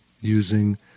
using